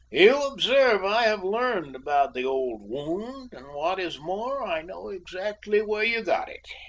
you observe i have learned about the old wound, and what is more, i know exactly where you got it.